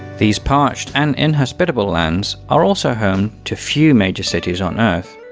these parched and inhospitable lands are also home to few major cities on earth,